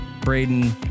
Braden